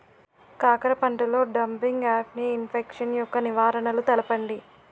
కాకర పంటలో డంపింగ్ఆఫ్ని ఇన్ఫెక్షన్ యెక్క నివారణలు తెలపండి?